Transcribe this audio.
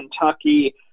Kentucky